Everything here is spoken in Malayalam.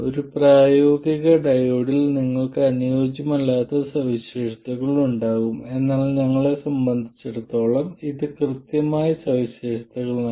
ഒരു പ്രായോഗിക ഡയോഡിൽ നിങ്ങൾക്ക് മറ്റ് അനുയോജ്യമല്ലാത്ത സവിശേഷതകൾ ഉണ്ടാകും എന്നാൽ ഞങ്ങളെ സംബന്ധിച്ചിടത്തോളം ഇത് കൃത്യമായ സവിശേഷതകളാണ്